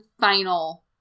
final